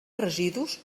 residus